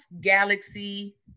galaxy